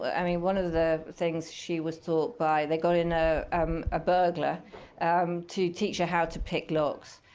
i mean one of the things she was taught by they got in a um ah burglar um to teach her how to pick locks.